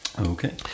Okay